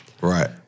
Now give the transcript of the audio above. Right